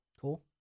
Cool